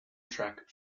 track